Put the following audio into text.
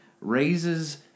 Raises